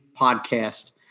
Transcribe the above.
podcast